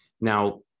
Now